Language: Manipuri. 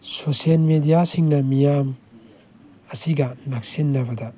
ꯁꯣꯁꯤꯌꯦꯜ ꯃꯦꯗꯤꯌꯥꯁꯤꯡꯅ ꯃꯤꯌꯥꯝ ꯑꯁꯤꯒ ꯅꯛꯁꯤꯟꯅꯕꯗ